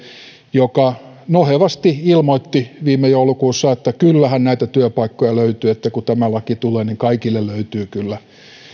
joka nohevasti ilmoitti viime joulukuussa että kyllähän näitä työpaikkoja löytyy että kun tämä laki tulee niin kaikille löytyy kyllä